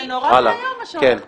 זה נורא ואיום מה שהולך פה.